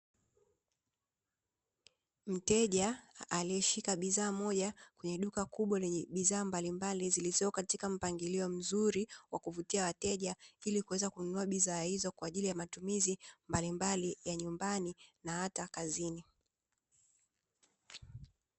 Mteja alishika bidhaa moja kwenye duka kubwa lenye bidhaa mbalimbali zilizoko katika mpangilio mzuri wa kuvutia wateja, ili kuweza kununua bidhaa hizo kwa ajili ya matumizi mbalimbali ya nyumbani na hata kazini.